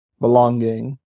belonging